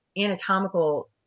anatomical